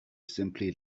simply